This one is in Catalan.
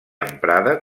emprada